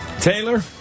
Taylor